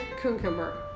cucumber